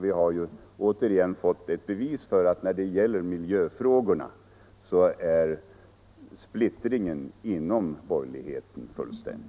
Vi har ju återigen fått ett bevis för att när det gäller miljöfrågor är splittringen inom borgerligheten fullständig.